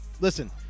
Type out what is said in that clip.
listen